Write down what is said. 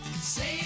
Save